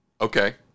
Okay